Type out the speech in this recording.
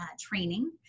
training